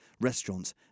restaurants